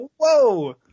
Whoa